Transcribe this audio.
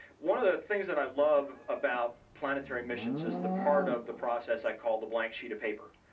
one of the things that i love about planetary missions is the part of the process i call the blank sheet of paper.